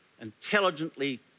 intelligently